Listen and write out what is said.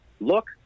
Look